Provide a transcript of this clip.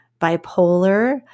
bipolar